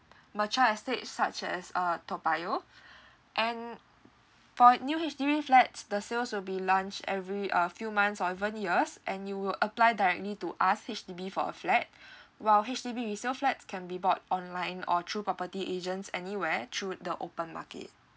mature estate such as uh toa payoh and for new H_D_B flats the sales will be launched every uh few months or even years and you'll apply directly to us H_D_B for a flat while H_D_B resale flats can be bought online or through property agents anywhere through the open market